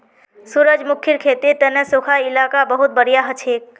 सूरजमुखीर खेतीर तने सुखा इलाका बहुत बढ़िया हछेक